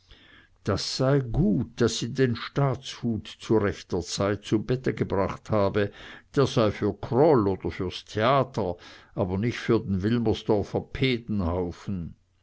das sei gut daß sie den staatshut zu rechter zeit zu bette gebracht habe der sei für kroll oder fürs theater aber nicht für den wilmersdorfer